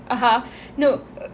(uh huh) no uh